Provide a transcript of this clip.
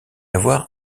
avoir